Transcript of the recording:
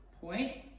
point